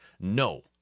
No